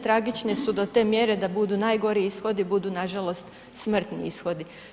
Tragične su do te mjere da budu najgori ishodi, budu nažalost smrtni ishodi.